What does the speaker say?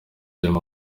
djuma